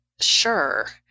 Sure